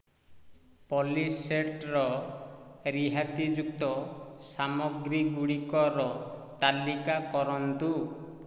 ପଲିସେଟ୍ର ରିହାତିଯୁକ୍ତ ସାମଗ୍ରୀଗୁଡ଼ିକର ତାଲିକା କରନ୍ତୁ